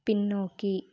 பின்னோக்கி